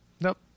nope